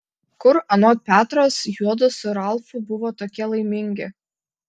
kur anot petros juodu su ralfu buvo tokie laimingi